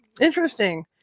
Interesting